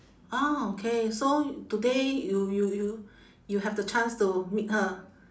ah okay so today you you you you have the chance to meet her